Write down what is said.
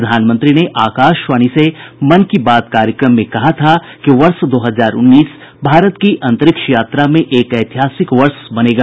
प्रधानमंत्री ने आकाशवाणी से मन की बात कार्यक्रम में कहा था कि वर्ष दो हजार उन्नीस भारत की अंतरिक्ष यात्रा में एक ऐतिहासिक वर्ष बनेगा